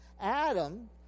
Adam